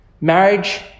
Marriage